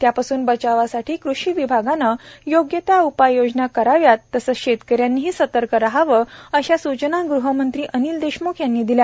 त्यापासून बचावासाठी कृषी विभागाने योग्य त्या उपाययोजना कराव्यात तसेच शेतकऱ्यांनीही सतर्क रहावे अशा सुचना गृहमंत्री अनिल देशमुख यांनी दिल्या